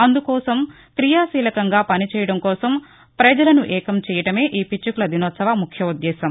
అందుకోసం క్రియాశీలకంగా పనిచేయడం కోసం ప్రజలను ఏకం చేయడమే ఈ పిచ్చుకల దినోత్సవ ముఖ్యోద్దేశం